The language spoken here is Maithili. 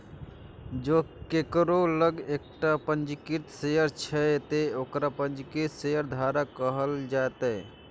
जों केकरो लग एकटा पंजीकृत शेयर छै, ते ओकरा पंजीकृत शेयरधारक कहल जेतै